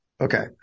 Okay